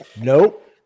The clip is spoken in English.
nope